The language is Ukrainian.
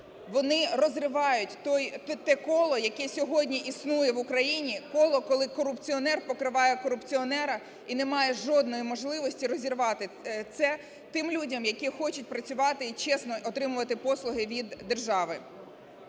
вони розривають те коло, яке сьогодні існує в Україні – коло, коли корупціонер покриває корупціонера і немає жодної можливості розірвати це тим людям, які хочуть працювати і чесно отримувати послуги від держави.